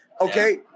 okay